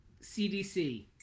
CDC